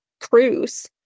cruise